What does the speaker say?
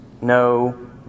No